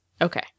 Okay